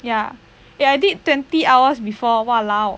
ya eh I did twenty hours before !walao!